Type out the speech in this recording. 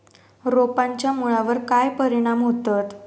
रोपांच्या मुळावर काय परिणाम होतत?